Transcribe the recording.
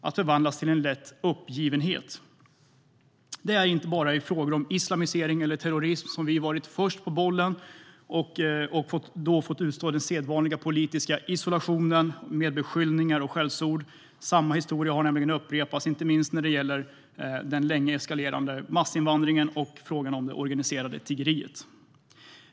att förvandlas till en lätt uppgivenhet. Det är inte bara i frågor om islamisering eller terrorism som vi har varit först på bollen och då fått utstå den sedvanliga politiska isolationen med beskyllningar och skällsord. Samma historia har upprepats inte minst när det gäller den länge eskalerande massinvandringen och frågan om det organiserade tiggeriet.